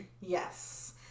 Yes